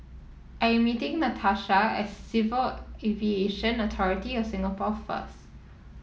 I am meeting Natasha at Civil Aviation Authority of Singapore first